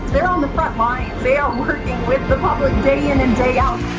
they're on the front lines. they are working with the public day in and day out.